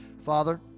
Father